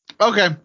Okay